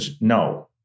no